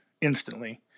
instantly